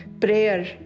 Prayer